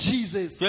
Jesus